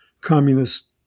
communist